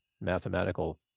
mathematical